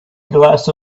glass